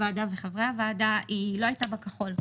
הוועדה וחברי הוועדה והיא לא הייתה בכחול.